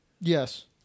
Yes